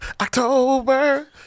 October